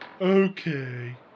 okay